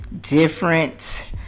different